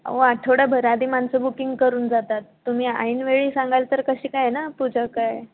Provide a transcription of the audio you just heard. अहो आठवडाभर आधी माणसं बुकिंग करून जातात तुम्ही ऐनवेळी सांगाल तर कशी काय ना पूजा काय